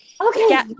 okay